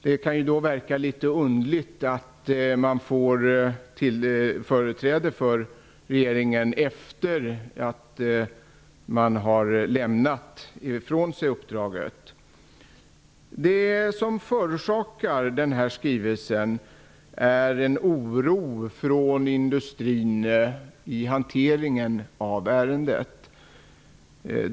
Det kan då verka litet underligt att man får företräde hos regeringen efter att man har lämnat ifrån sig uppdraget. Anledningen till denna skrivelse är en oro från industrin när det gäller hanteringen av ärendet.